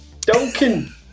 Duncan